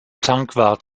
tankwart